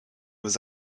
was